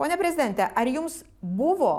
pone prezidente ar jums buvo